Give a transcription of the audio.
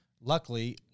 luckily